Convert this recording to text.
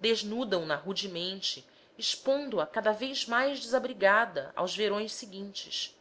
desnudam na rudemente expondo a cada vez mais desabrigada aos verões seguintes